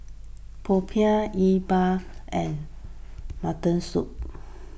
Popiah E Bua and Mutton Soup